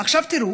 עכשיו, תראו